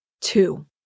Two